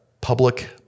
public